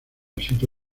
sito